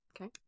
Okay